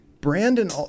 Brandon